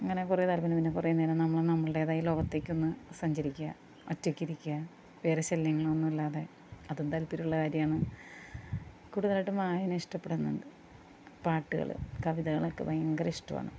അങ്ങനെ കുറേ താല്പര്യങ്ങൾ പിന്നെ കുറേ നേരം നമ്മൾ നമ്മളുടേതായ ലോകത്തേക്കൊന്ന് സഞ്ചരിക്കുക ഒറ്റയ്കിരിക്കുക വേറെ ശല്യങ്ങൾ ഒന്നുമില്ലാതെ അതും താല്പര്യമുള്ള കാര്യമാണ് കൂടുതലായിട്ടും വായന ഇഷ്ടപ്പെടുന്നുണ്ട് പാട്ടുകൾ കവിതകളൊക്ക ഭയങ്കര ഇഷ്ടവുമാണ്